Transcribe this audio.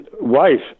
wife